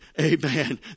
Amen